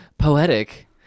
Poetic